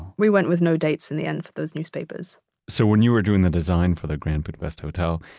we went with no dates in the end for those newspapers so when you were doing the design for the grand budapest hotel,